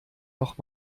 noch